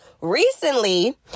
Recently